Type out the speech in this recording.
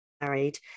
married